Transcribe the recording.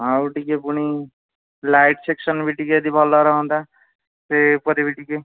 ଆଉ ଟିକେ ପୁଣି ଲାଇଟ୍ ସେକ୍ସନ ବି ଟିକେ ଯଦି ଭଲ ରୁହନ୍ତା ସେ ଉପରେ ବି ଟିକେ